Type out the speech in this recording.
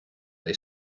they